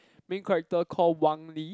main character called Wang-Lee